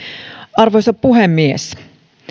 arvoisa puhemies